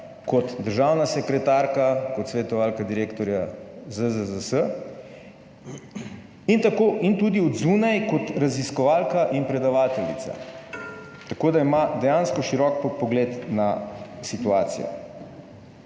kot državna sekretarka, kot svetovalka direktorja ZZZS in tudi od zunaj kot raziskovalka in predavateljica, tako da ima dejansko širok pogled na situacijo.